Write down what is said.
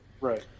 Right